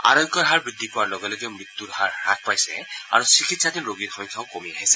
আৰোগ্যৰ হাৰ বৃদ্ধি পোৱাৰ লগে লগে মৃত্যুৰ হাৰ হ্ৰাস পাইছে আৰু চিকিৎসাধীন ৰোগীৰ সংখ্যাও কমি আহিছে